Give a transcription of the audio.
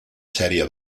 sèrie